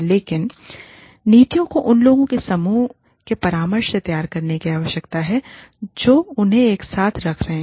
लेकिन नीतियों को उन लोगों के समूह के परामर्श से तैयार करने की आवश्यकता है जो उन्हें एक साथ रख रहे हैं